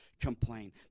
complain